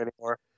anymore